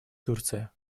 турция